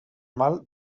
mal